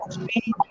Okay